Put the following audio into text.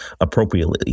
appropriately